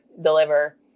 deliver